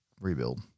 rebuild